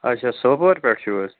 آچھا سوپور پٮ۪ٹھ چھُو حظ